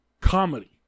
comedy